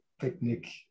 picnic